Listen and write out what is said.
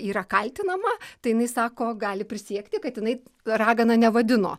yra kaltinama tai jinai sako gali prisiekti kad jinai ragana nevadino